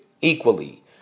equally